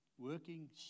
Working